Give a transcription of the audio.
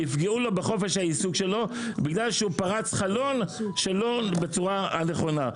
יפגעו לו בחופש העיסוק שלו בגלל שהוא פרץ חלון שלא בצורה נכונה.